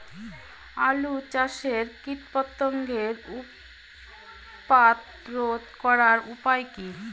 আলু চাষের কীটপতঙ্গের উৎপাত রোধ করার উপায় কী?